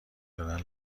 دارن